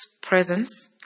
presence